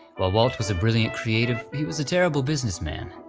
while walt was a brilliant creative, he was a terrible business man.